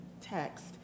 text